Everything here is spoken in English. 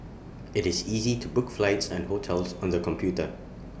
IT is easy to book flights and hotels on the computer